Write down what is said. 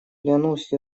клянусь